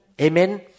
Amen